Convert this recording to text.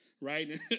right